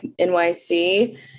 NYC